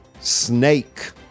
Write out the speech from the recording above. snake